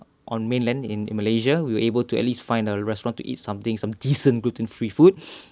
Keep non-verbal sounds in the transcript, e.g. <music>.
on mainland in in malaysia we will able to at least find a restaurant to eat something some decent gluten free food <breath>